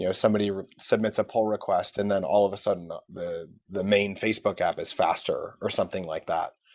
you know somebody submits a poll request and then all of a sudden, the the main facebook app is faster, or something like that.